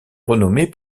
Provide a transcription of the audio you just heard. renommée